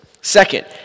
second